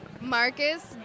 Marcus